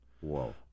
Whoa